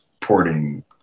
porting